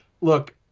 look